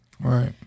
Right